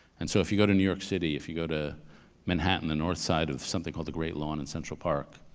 and so if you go to new york city, if you go to manhattan, the north side of something called the great lawn in central park,